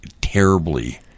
terribly